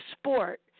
sport